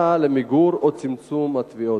3. מה נעשה למיגור או לצמצום תופעת הטביעות?